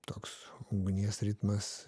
toks ugnies ritmas